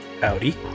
Howdy